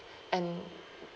and